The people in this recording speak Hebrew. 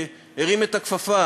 שהרים את הכפפה,